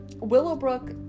Willowbrook